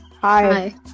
Hi